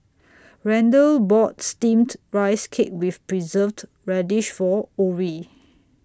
Randle bought Steamed Rice Cake with Preserved Radish For Orrie